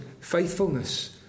faithfulness